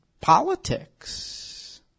politics